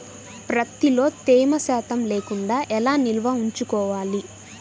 ప్రత్తిలో తేమ శాతం లేకుండా ఎలా నిల్వ ఉంచుకోవాలి?